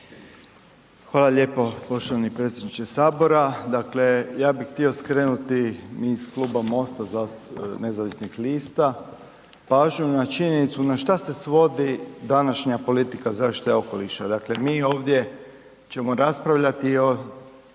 Hvala lijepo poštovani predsjedniče Sabora. Dakle, ja bih htio skrenuti iz Kluba MOST-a Nezavisnih lista pažnju na činjenicu na što se svodi današnja politika zaštite okoliša. Dakle mi ovdje ćemo raspravljati i